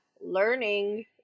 learning